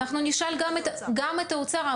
אנחנו נשאל גם את האוצר,